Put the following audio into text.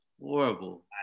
horrible